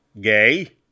gay